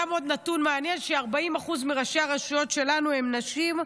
עוד נתון מעניין הוא ש-40% מראשי הרשויות שלנו הם נשים,